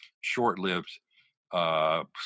short-lived